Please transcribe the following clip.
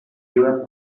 even